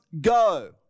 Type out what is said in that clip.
go